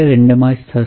randomisation થશે